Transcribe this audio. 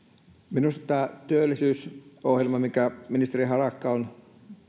minusta työllisyysohjelma minkä ministeri harakka on